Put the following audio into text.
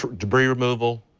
debris removal,